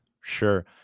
Sure